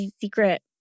secret